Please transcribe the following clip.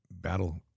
battle